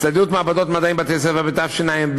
הצטיידות מעבדות מדעים בבתי-ספר בתשע"ב,